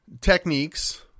techniques